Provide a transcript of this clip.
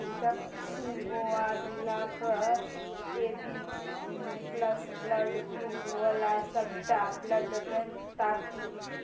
दक्षिण गोवा जिलाके A B plus blood ग्रुपवला सबटा ब्लड बैंक ताकू